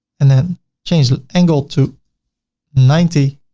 and then change the angle to ninety.